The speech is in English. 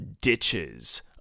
ditches